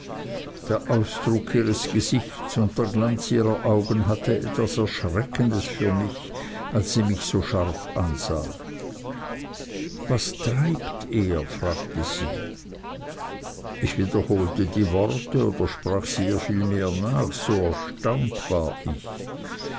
der ausdruck ihres gesichts und der glanz ihrer augen hatten etwas erschreckendes für mich als sie mich so scharf ansah was treibt er fragte sie ich wiederholte die worte oder sprach sie ihr vielmehr nach so erstaunt war ich